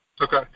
Okay